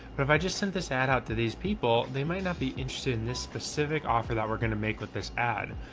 but if i just sent this ad out to these people, they might not be interested in this specific offer that we're going to make with this ad.